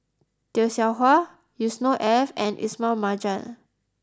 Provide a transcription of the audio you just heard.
Tay Seow Huah Yusnor Ef and Ismail Marjan